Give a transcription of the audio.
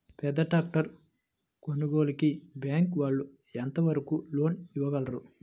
పెద్ద ట్రాక్టర్ కొనుగోలుకి బ్యాంకు వాళ్ళు ఎంత వరకు లోన్ ఇవ్వగలరు?